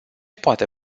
poate